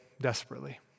desperately